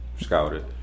scouted